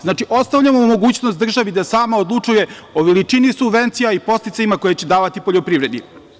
Znači, ostavljamo mogućnost državi da sam odlučuje o veličini subvencija i podsticajima koje će davati poljoprivredi.